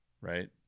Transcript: right